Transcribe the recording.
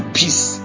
peace